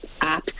apps